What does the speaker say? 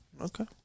Okay